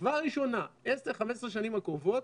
השכבה הראשונה, 15-10 השנים הקרובות,